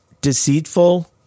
Deceitful